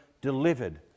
delivered